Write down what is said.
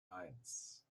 eins